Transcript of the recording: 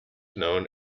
known